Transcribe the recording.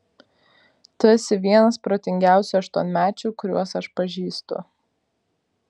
tu esi vienas protingiausių aštuonmečių kuriuos aš pažįstu